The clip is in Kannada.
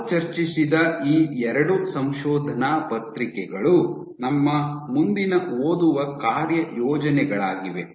ನಾವು ಚರ್ಚಿಸಿದ ಈ ಎರಡು ಸಂಶೋಧನಾ ಪತ್ರಿಕೆಗಳು ನಮ್ಮ ಮುಂದಿನ ಓದುವ ಕಾರ್ಯಯೋಜನೆಗಳಾಗಿವೆ